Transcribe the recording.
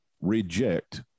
reject